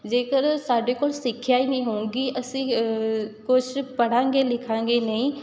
ਜੇਕਰ ਸਾਡੇ ਕੋਲ ਸਿੱਖਿਆ ਈ ਹੀ ਨਹੀਂ ਹੋਊਗੀ ਅਸੀਂ ਕੁਛ ਪੜਾਂਗੇ ਲਿਖਾਂਗੇ ਨਹੀਂ